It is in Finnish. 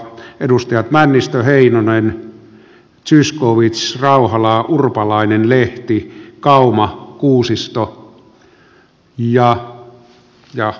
edustajat männistö heinonen zyskowicz rauhala urpalainen lehti kauma kuusisto ja rundgren